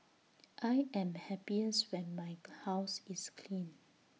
I am happiest when my house is clean